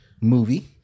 movie